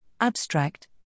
Abstract